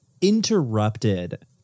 interrupted